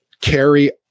carry